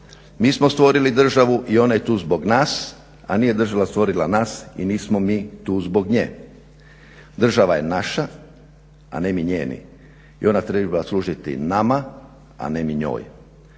Mi smo stvorili državu i ona je tu zbog nas, a nije država stvorila nas i nismo mi tu zbog nje. Država je naša a ne mi njeni i ona treba služiti nama a ne mi njoj.